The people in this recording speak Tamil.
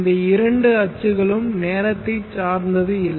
இந்த இரண்டு அச்சுகளும் நேரத்தை சார்ந்தது இல்லை